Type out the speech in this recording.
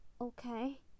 okay